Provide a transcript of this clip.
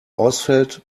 ausfällt